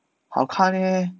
好看 eh